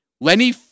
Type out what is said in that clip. Lenny